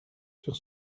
sur